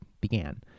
began